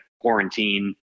quarantine